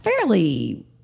fairly